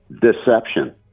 deception